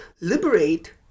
liberate